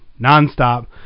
nonstop